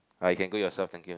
ah you can go yourself thank you